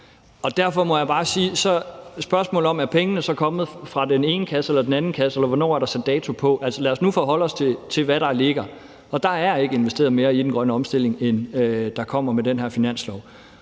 derfor må jeg bare sige i forhold til spørgsmålet om, om pengene så er kommet fra den ene kasse eller den anden kasse, eller hvornår der er sat dato på: Altså, lad os nu forholde os til, hvad der ligger. Og der er ikke investeret mere i den grønne omstilling før end det, der kommer med den her finanslov.